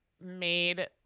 made